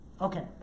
Okay